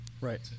Right